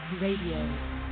Radio